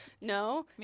no